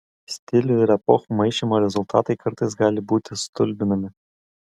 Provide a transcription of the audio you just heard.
stilių ir epochų maišymo rezultatai kartais gali būti stulbinami